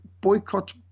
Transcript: boycott